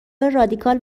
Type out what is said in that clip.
رادیکال